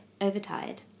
overtired